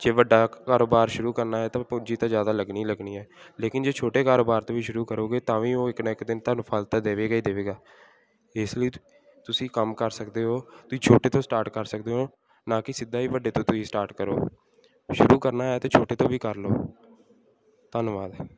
ਜੇ ਵੱਡਾ ਕ ਕਾਰੋਬਾਰ ਸ਼ੁਰੂ ਕਰਨਾ ਤਾਂ ਪੂੰਜੀ ਤਾਂ ਜ਼ਿਆਦਾ ਲੱਗਣੀ ਲੱਗਣੀ ਹੈ ਲੇਕਿਨ ਜੋ ਛੋਟੇ ਕਾਰੋਬਾਰ 'ਤੇ ਵੀ ਸ਼ੁਰੂ ਕਰੋਗੇ ਤਾਂ ਵੀ ਉਹ ਇੱਕ ਨਾ ਇੱਕ ਦਿਨ ਤੁਹਾਨੂੰ ਫਲ ਤਾਂ ਦੇਵੇਗਾ ਹੀ ਦੇਵੇਗਾ ਇਸ ਲਈ ਤੁਸੀਂ ਕੰਮ ਕਰ ਸਕਦੇ ਹੋ ਤੁਸੀਂ ਛੋਟੇ ਤੋਂ ਸਟਾਰਟ ਕਰ ਸਕਦੇ ਹੋ ਨਾ ਕਿ ਸਿੱਧਾ ਹੀ ਵੱਡੇ ਤੋਂ ਤੁਸੀਂ ਸਟਾਰਟ ਕਰੋ ਸ਼ੁਰੂ ਕਰਨਾ ਅਤੇ ਛੋਟੇ ਤੋਂ ਵੀ ਕਰ ਲਓ ਧੰਨਵਾਦ